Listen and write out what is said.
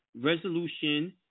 Resolution